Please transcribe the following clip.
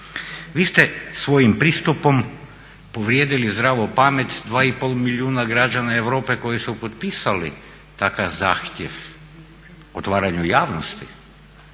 Vi ste svojim pristupom povrijedili zdravu pamet 2,5 milijuna građana Europe koji su potpisali takav zahtjev otvaranju javnosti